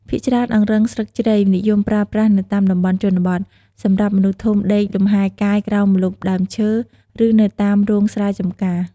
ភាគច្រើនអង្រឹងស្លឹកជ្រៃនិយមប្រើប្រាស់នៅតាមតំបន់ជនបទ សម្រាប់មនុស្សធំដេកលំហែកាយក្រោមម្លប់ដើមឈើ ឬនៅតាមរោងស្រែចំការ។